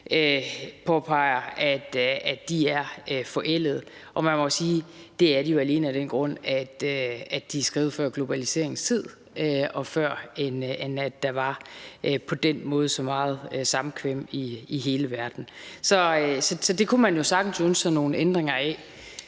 påpege, at de er forældede. Og man må jo sige, at det er de alene af den grund, at de er skrevet før globaliseringens tid, og før der på den måde var så meget samkvem i hele verden. Dem kunne man jo sagtens ønske sig nogle ændringer af,